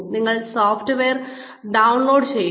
നിങ്ങൾ software download ചെയ്യുന്നു